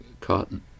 cotton